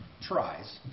tries